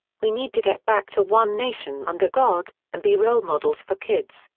we need to get back to one nation under god, and be role models for kids,